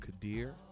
Kadir